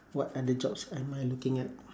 what other jobs am I looking at